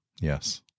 Yes